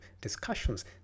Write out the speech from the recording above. discussions